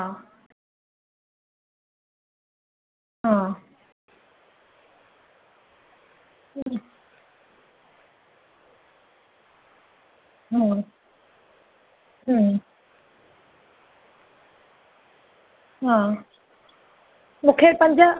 हा हा ठीक आ पंज सौ तांई ॾेखार्यांव ती ॾिसो ही शै निकती थव इअ कॉटन जी थव इअ मन वर्क वारी आ इआ बिना प्रिंट वारी आ जेका तांखे ॾिसो वणेव उननि मांचॉइस मन जेका तांखे वणे उअ कॾी रखां घणी खपंदव घणी ॾिइणी थव